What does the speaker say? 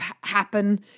happen